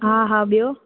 हा ॿियो